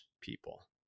people